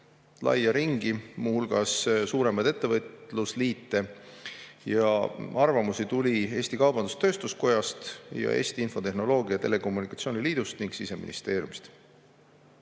laia ringi, muu hulgas suuremaid ettevõtlusliite, ja arvamusi tuli Eesti Kaubandus-Tööstuskojast, Eesti Infotehnoloogia ja Telekommunikatsiooni Liidust ning Siseministeeriumist.